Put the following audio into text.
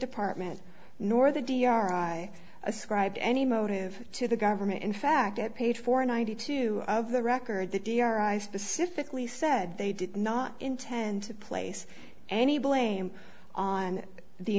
department nor the d r i ascribe any motive to the government in fact at page four ninety two of the record the d r i specifically said they did not intend to place any blame on the